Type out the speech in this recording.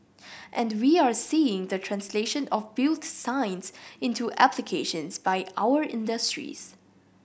and we are seeing the translation of built science into applications by our industries